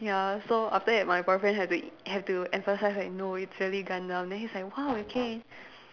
ya so after that my boyfriend has to have to emphasise like no it's really Gundam then he's like !wow! okay